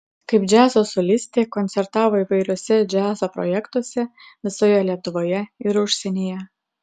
kaip džiazo solistė koncertavo įvairiuose džiazo projektuose visoje lietuvoje ir užsienyje